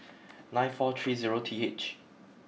nine four tree zero t h